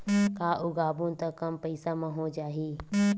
का उगाबोन त कम पईसा म हो जाही?